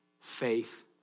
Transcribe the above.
faith